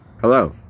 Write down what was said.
Hello